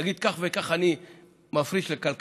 להגיד: כך וכך אני מפריש לכלכלה,